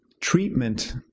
treatment